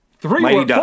three